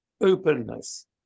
Openness